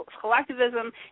collectivism